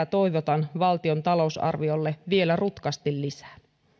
toivotan valtion talousarviolle vielä rutkasti lisää